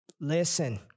listen